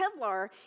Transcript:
Kevlar